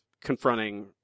confronting